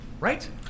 right